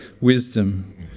wisdom